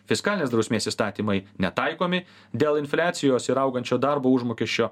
fiskalinės drausmės įstatymai netaikomi dėl infliacijos ir augančio darbo užmokesčio